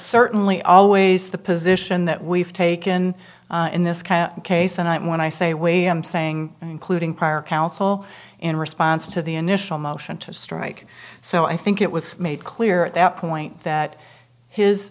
certainly always the position that we've taken in this kind of case and when i say wait i'm saying including prior counsel in response to the initial motion to strike so i think it was made clear at that point that his